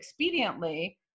expediently